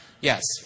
Yes